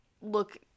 look